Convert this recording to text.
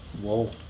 Whoa